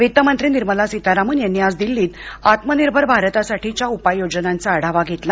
वित्तमंत्री निर्मला सीतारामन यांनी आज दिल्लीत आत्मनिर्भर भारतासाठीच्या उपाययोजनांचा आढावा घेतला